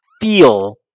feel